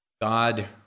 God